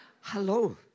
hello